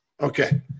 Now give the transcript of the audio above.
Okay